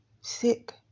sick